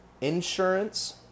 insurance